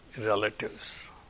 relatives